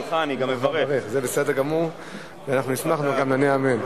אנחנו ניתן לסגן מזכירת הכנסת הודעה ולאחר מכן הודעה של היושב-ראש.